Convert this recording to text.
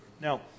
now